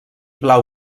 blau